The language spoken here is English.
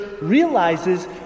realizes